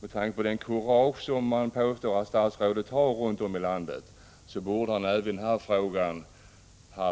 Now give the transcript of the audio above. Med tanke på det kurage som statsrådet påstås ha borde han även i detta fall ha